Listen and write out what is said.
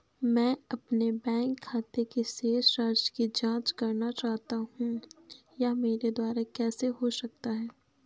मैं अपने बैंक खाते की शेष राशि की जाँच करना चाहता हूँ यह मेरे द्वारा कैसे हो सकता है?